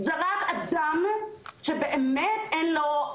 זה רק אדם שבאמת אין לו,